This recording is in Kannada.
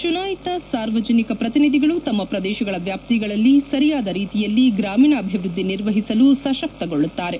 ಚುನಾಯಿತ ಸಾರ್ವಜನಿಕ ಪ್ರತಿನಿಧಿಗಳು ತಮ್ನ ಪ್ರದೇಶಗಳ ವ್ಚಾಪ್ತಿಗಳಲ್ಲಿ ಸರಿಯಾದ ರೀತಿಯಲ್ಲಿ ಗ್ರಾಮೀಣಾಭಿವೃದ್ಧಿ ನಿರ್ವಹಿಸಲು ಸಶಕ್ತಗೊಳ್ಳುತ್ತಾರೆ